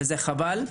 וזה חבל.